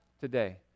today